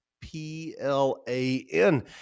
P-L-A-N